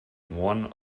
one